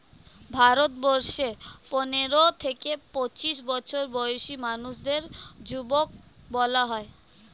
ভারতবর্ষে পনেরো থেকে পঁচিশ বছর বয়সী মানুষদের যুবক বলা হয়